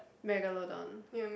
Megalodon